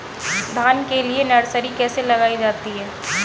धान के लिए नर्सरी कैसे लगाई जाती है?